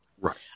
Right